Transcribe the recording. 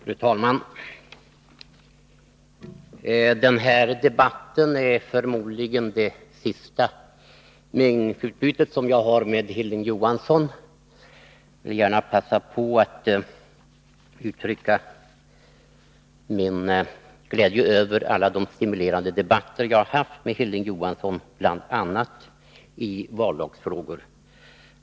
Fru talman! Den här debatten är förmodligen det sista tillfälle jag har till meningsutbyte med Hilding Johansson här i kammaren, och jag vill gärna passa på att uttrycka min glädje över alla de stimulerande debatter jag har haft med honom, bl.a. i vallagsfrågor.